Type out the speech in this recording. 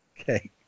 Okay